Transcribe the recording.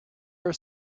are